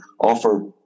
offer